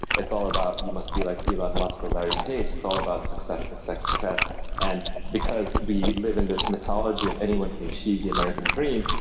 it's all about you must be like elon ah and musk or larry page it's all about success, success, success. and because we live in this mythology of anyone can achieve the american dream,